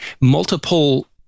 multiple